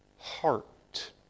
heart